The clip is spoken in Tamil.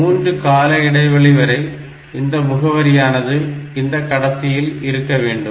3 கால இடைவெளி வரை இந்த முகவரியானது இந்த கடத்தியில் இருக்க வேண்டும்